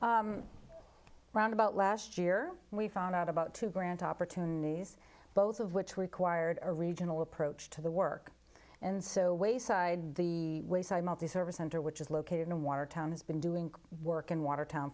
me round about last year we found out about two grant opportunities both of which required a regional approach to the work and so wayside the multi service center which is located in watertown has been doing work in watertown